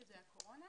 שזה הקורונה,